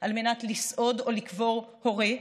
על מנת לסעוד או לקבור הורה,